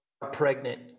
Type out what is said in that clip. pregnant